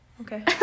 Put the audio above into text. okay